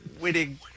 winning